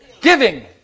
Giving